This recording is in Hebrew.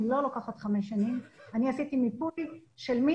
אני לא לוקחת חמש שנים אלא אני עשיתי מיפוי מ-1990,